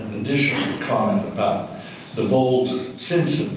additional comment about the bowles, simpson